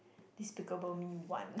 Despicable me one